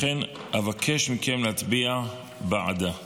לכן, אבקש מכם להצביע בעדה.